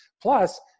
Plus